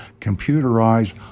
computerized